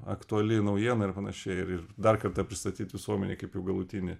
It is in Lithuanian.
aktuali naujiena ir panašiai ir ir dar kartą pristatyt visuomenei kaip jau galutinį